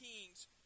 kings